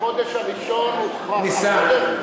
החודש הראשון הוא חודש ניסן,